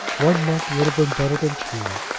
one month would have been better than two,